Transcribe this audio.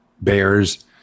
bears